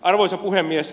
arvoisa puhemies